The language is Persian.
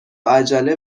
عجله